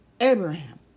Abraham